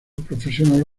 profesional